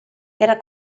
era